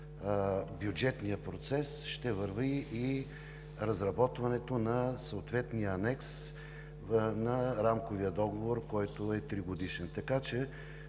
бюджетния процес ще върви и разработването на съответния анекс на Рамковия договор, който е тригодишен. Така че,